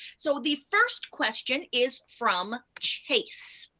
so the first question is from chase.